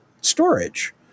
storage